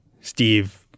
Steve